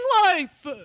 life